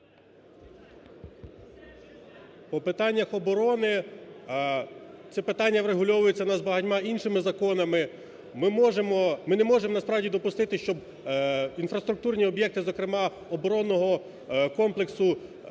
По питаннях оборони це питання врегульовується у нас багатьма іншими законами. Ми можемо… ми не можемо насправді допустити, щоб інфраструктурні об'єкти, зокрема оборонного комплексу,